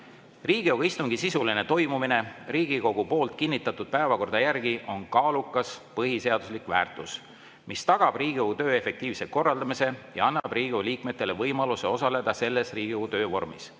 Riigikogu istungi sisuline toimumine Riigikogu poolt kinnitatud päevakorra järgi on kaalukas põhiseaduslik väärtus, mis tagab Riigikogu töö efektiivse korraldamise ja annab Riigikogu liikmetele võimaluse osaleda selles Riigikogu töö vormis.